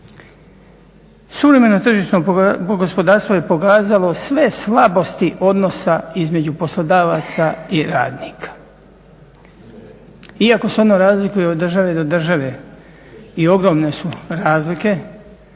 Suvremeno tržišno gospodarstvo je pokazalo sve slabosti odnosa između poslodavaca i radnika, iako se ono razlikuje od države do države i ogromne su razlike.